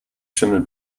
schimmel